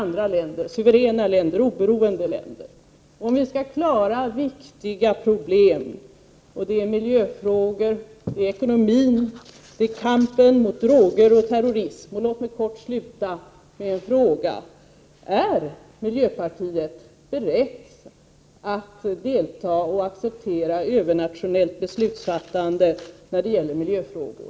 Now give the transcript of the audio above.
1988/89:129 andra suveräna, oberoende länder, om vi skall kunna hantera viktiga 6 juni 1989 problem — miljöfrågor, ekonomin, kampen mot droger och terrorism. Låt mig avsluta med en kort fråga: Är miljöpartiet för att lösa miljöproblemen berett att delta i och acceptera övernationellt beslutsfattande när det gäller miljöfrågor?